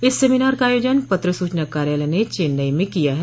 इस सेमिनार का आयोजन पत्र सूचना कार्यालय न चेन्नई में किया है